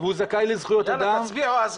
-- והוא זכאי לזכויות אדם,